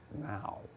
now